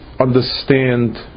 understand